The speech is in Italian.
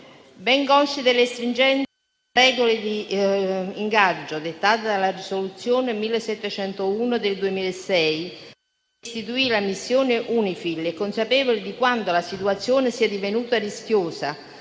Ben consci delle stringenti regole di ingaggio dettate dalla risoluzione n. 1701 del 2006, che istituì la missione UNIFIL, e consapevoli di quanto la situazione sia divenuta rischiosa,